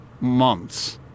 months